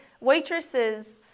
Waitresses